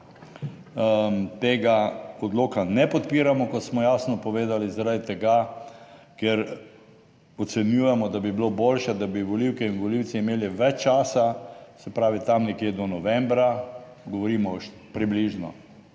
tega odloka ne podpiramo, kot smo jasno povedali, zaradi tega, ker ocenjujemo, da bi bilo boljše, da bi volivke in volivci imeli več časa, se pravi, tam nekje do novembra, govorimo približno,